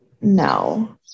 No